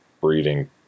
breeding